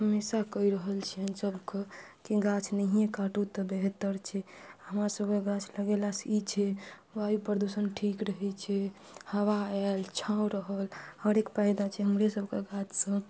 हमेशा कहि रहल छियनि सबके कि गाछ नहिये काटू तऽ बेहतर छै हमरा सबके गाछ लगेला सऽ ई छै वायु प्रदूषण ठीक रहै छै हवा आयल छाँव रहल हरेक पायदा छै हमरे सबके गाछसँ